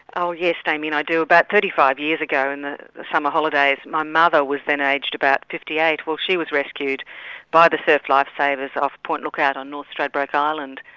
oh yes damien, i do. about thirty five years ago in the summer holidays, my mother was then aged about fifty eight well she was rescued by the surf lifesavers off point lookout on north stradbroke island.